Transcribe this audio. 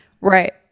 Right